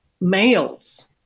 males